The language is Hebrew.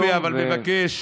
אני אכן לא מצפה, אבל מבקש